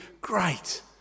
great